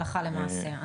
הלכה למעשה.